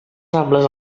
rambles